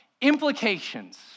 implications